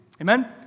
Amen